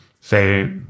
say